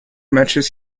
matches